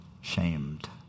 Shamed